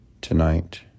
tonight